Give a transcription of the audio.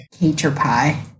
Caterpie